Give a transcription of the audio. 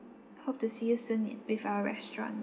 hope to see you soon in with our restaurant